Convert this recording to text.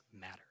matter